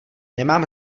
nemám